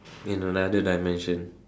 in another dimension